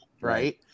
right